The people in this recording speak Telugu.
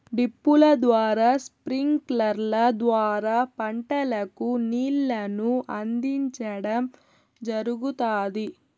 డ్రిప్పుల ద్వారా స్ప్రింక్లర్ల ద్వారా పంటలకు నీళ్ళను అందించడం జరుగుతాది